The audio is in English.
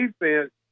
defense